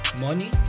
Money